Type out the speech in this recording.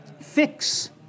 fix